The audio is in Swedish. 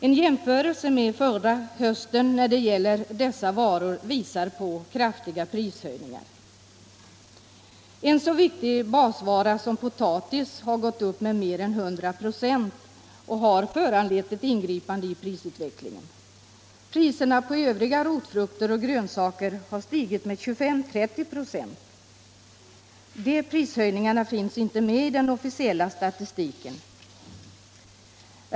En jämförelse med förra hösten när det gäller dessa varor visar på kraftiga prishöjningar. Priset på en så viktig basvara som potatis har gått upp med mer än 100 926 och detta har föranlett ett ingripande i prisutvecklingen. Priserna på övriga rotfrukter och grönsaker har stigit med 25-30 926. De prishöjningarna finns inte med i den officiella statistiken.